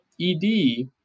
ED